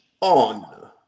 on